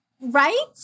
Right